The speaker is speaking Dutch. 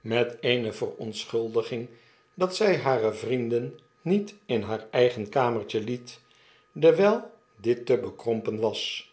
met eene verontschuldiging dat zij hare vrienden niet in haar eigen kamertje liet dewijl dit te bekrompen was